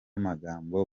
magambo